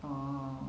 orh